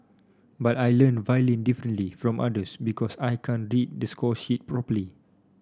but I learn violin differently from others because I can't read the score sheet properly